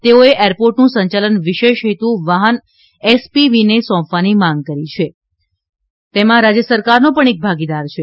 તેઓએ એરપોર્ટનું સંચાલન વિશેષ હેતુ વાહન એસપીવીને સોંપવાની માંગ કરી છે અને તેમાં રાજ્ય સરકારનો પણ એક ભાગીદાર છે